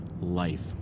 life